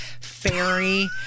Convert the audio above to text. fairy